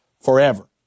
forever